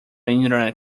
internet